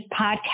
podcast